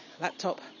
laptop